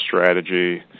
strategy